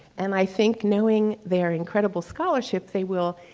and i think knowing their incredible scholarship, they will